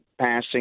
passing